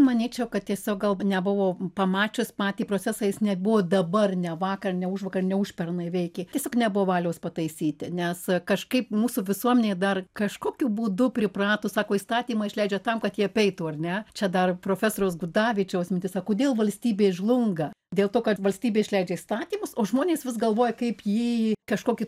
manyčiau kad tiesiog gal nebuvo pamačius patį procesą jis nebuvo dabar ne vakar ne užvakar ne užpernai veikė tiesiog nebuvo valios pataisyti nes kažkaip mūsų visuomenė dar kažkokiu būdu pripratus sako įstatymą išleidžia tam kad jį apeitų ar ne čia dar profesoriaus gudavičiaus mintis a kodėl valstybė žlunga dėl to kad valstybė išleidžia įstatymus o žmonės vis galvoja kaip jįjį kažkokiu